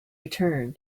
return